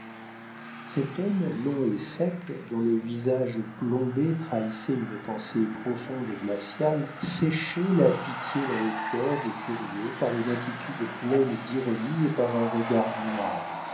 cet homme long et sec dont le visage plombé trahissait une pensée profonde et glaciale séchait la pitié dans le cœur des curieux par une attitude pleine d'ironie et par un regard noir